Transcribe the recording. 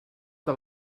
que